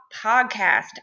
podcast